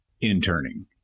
interning